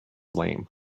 lame